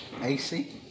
AC